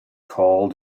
call